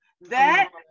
that-